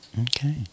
okay